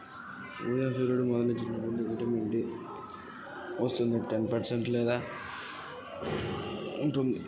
ఉదయం సూర్యుడు పొడిసినప్పుడు ఉష్ణోగ్రత ఎందుకు తక్కువ ఐతుంది?